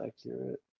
accurate